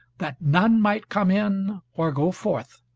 that none might come in or go forth,